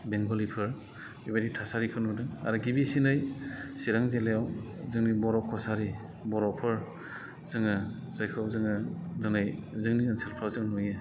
बेंगलिफोर बेबायदि थासारिखौ नुदों आरो गिबिसिनै चिरां जिल्लायाव जोंनि बर' कसारि बर'फोर जोङो जायखौ जोङो दिनै जोंनि ओनसोलफ्राव नुयो